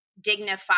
dignified